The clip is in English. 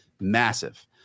massive